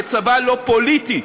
כצבא לא פוליטי,